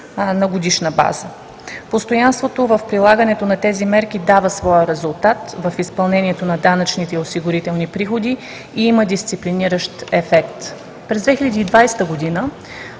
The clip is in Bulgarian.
на годишна база. Постоянството в прилагането на тези мерки дава своя резултат в изпълнението на данъчните и осигурителните приходи и има дисциплиниращ ефект. През 2020 г.